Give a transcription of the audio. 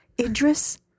Idris